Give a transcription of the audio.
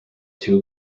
two